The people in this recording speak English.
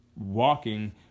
Walking